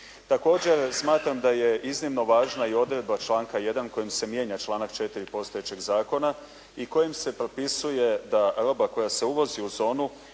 Također smatram da je iznimno važna i odredba članka 1. kojim se mijenja članak 4. postojećeg zakona i kojim se propisuje da roba koja se uvozi u zonu